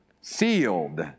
Sealed